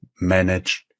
managed